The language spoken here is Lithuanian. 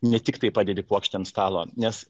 ne tiktai padedi puokštę ant stalo nes